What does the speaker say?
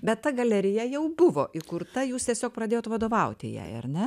bet ta galerija jau buvo įkurta jūs tiesiog pradėjo vadovauti jai ar ne